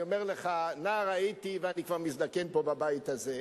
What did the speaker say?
אני אומר לך: נער הייתי ואני כבר מזדקן פה בבית הזה.